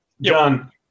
John